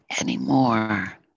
anymore